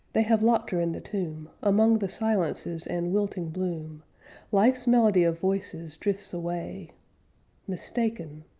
they have locked her in the tomb, among the silences and wilting bloom life's melody of voices drifts away mistaken!